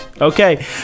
Okay